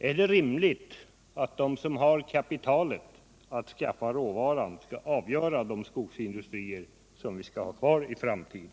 Är det rimligt att de som har kapitalet att skaffa råvaran skall avgöra vilka skogsindustrier som vi skall ha kvar i framtiden?